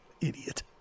Idiot